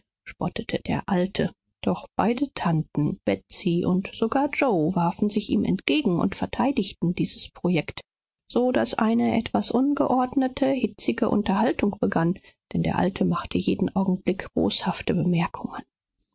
spottete der alte doch beide tanten betsy und sogar yoe warfen sich ihm entgegen und verteidigten dieses projekt so daß eine etwas ungeordnete hitzige unterhaltung begann denn der alte machte jeden augenblick boshafte bemerkungen